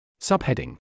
Subheading